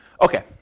Okay